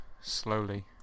slowly